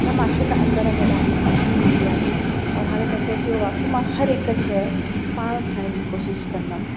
त मूंखे त अंदरि में ॾाढी ख़ुशी मिली आहे और हाणे त सोचियो आहे कि मां हर हिकु शइ पाण ठाहिण जी कोशिश कंदमि